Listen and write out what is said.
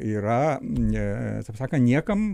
yra taip sakant niekam